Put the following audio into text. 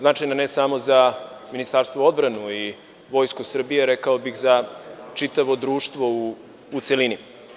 Značajna ne samo za Ministarstvo odbrane i Vojsku Srbije, već bih rekao i za čitavo društvo u celini.